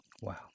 Wow